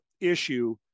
issue